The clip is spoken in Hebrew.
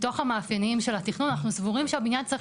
מתוך המאפיינים של התכנון אנחנו סבורים שהבניין צריך